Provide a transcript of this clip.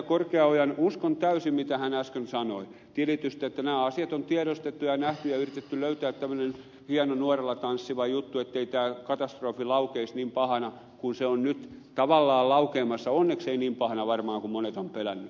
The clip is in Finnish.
korkeaojan uskon täysin mitä hän äsken sanoi tilitystä että nämä asiat on tiedostettu ja nähty ja on yritetty löytää tämmöinen hieno nuoralla tanssiva juttu ettei tämä katastrofi laukeaisi niin pahana kuin se on nyt tavallaan laukeamassa onneksi ei niin pahana varmaan kuin monet ovat pelänneet